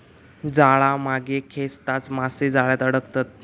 जाळा मागे खेचताच मासे जाळ्यात अडकतत